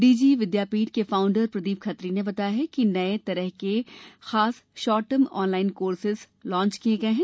DG Vidyapeeth के founder Pradeep Khatri ने बताया कि नए तरह के खास short term online skill courses launch किये गये हैं